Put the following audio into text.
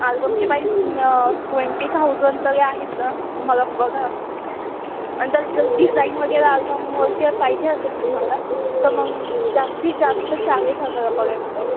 आल्बमची price twenty thousand तरी आहेच ना तुम्हाला बघा आणि जर जर डिझाईन वगैरे आल्बमवरती पाहिजे असेल तुम्हाला तर मग जास्तीत जास्त चाळीस हजारापर्यंत